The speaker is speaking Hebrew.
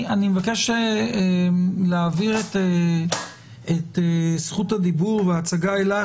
אני מבקש להעביר את זכות הדיבור וההצגה אליך.